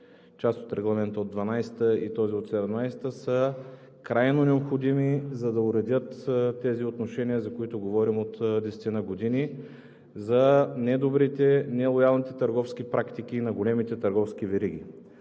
част от Регламента от 2012 г. и този от 2017 г., са крайно необходими, за да уредят тези отношения, за които говорим от десетина години, за недобрите, нелоялните търговски практики на големите търговски вериги.